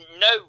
no